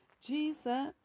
Jesus